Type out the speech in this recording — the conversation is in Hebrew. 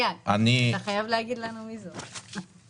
אתה חייב להגיד לנו מי זאת.